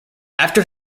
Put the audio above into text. after